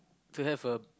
to have a